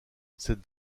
cette